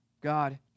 God